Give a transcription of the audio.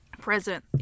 present